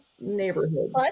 neighborhood